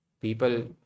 People